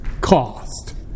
cost